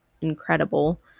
incredible